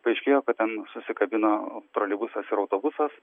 paaiškėjo kad ten susikabino troleibusas ir autobusas